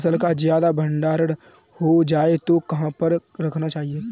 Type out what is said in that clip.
फसल का ज्यादा भंडारण हो जाए तो कहाँ पर रखना चाहिए?